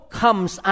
comes